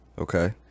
Okay